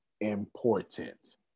important